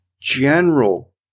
general